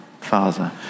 Father